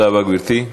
תודה רבה, גברתי.